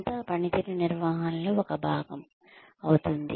అంతా పనితీరు నిర్వహణలో ఒక భాగం అవుతుంది